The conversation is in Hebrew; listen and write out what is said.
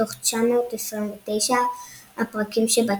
מתוך 929 הפרקים שבתנ"ך.